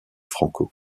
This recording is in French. franco